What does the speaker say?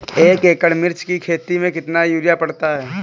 एक एकड़ मिर्च की खेती में कितना यूरिया पड़ता है?